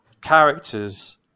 characters